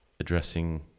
Addressing